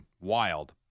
Wild